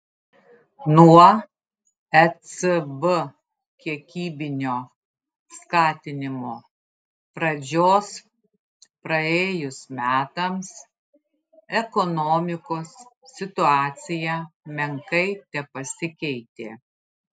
nuo ecb kiekybinio skatinimo pradžios praėjus metams ekonomikos situacija menkai tepasikeitė